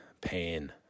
pain